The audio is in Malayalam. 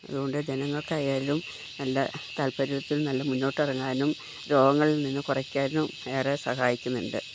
അതുകൊണ്ട് ജനങ്ങൾക്കായാലും നല്ല താൽപര്യത്തിൽ നല്ല മുന്നോട്ട് ഇറങ്ങാനും രോഗങ്ങളിൽ നിന്ന് കുറയ്ക്കാനും ഏറെ സഹായിക്കുന്നുണ്ട്